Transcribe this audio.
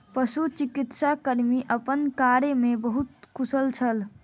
पशुचिकित्सा कर्मी अपन कार्य में बहुत कुशल छल